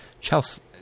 Chelsea